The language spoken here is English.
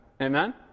amen